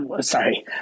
sorry